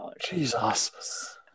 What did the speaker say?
Jesus